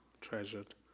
treasured